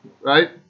right